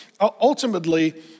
ultimately